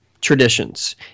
traditions